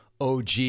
OG